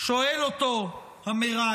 שואל אותו המראיין: